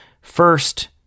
First